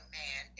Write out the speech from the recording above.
man